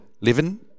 living